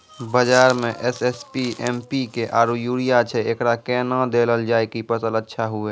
बाजार मे SSP, MPK आरु यूरिया छैय, एकरा कैना देलल जाय कि फसल अच्छा हुये?